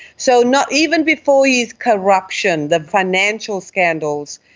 so not even before his corruption, the financial scandals,